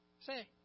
Say